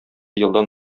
елдан